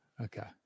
Okay